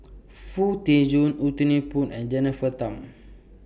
Foo Tee Jun Anthony Poon and Jennifer Tham